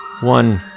One